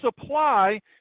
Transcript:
supply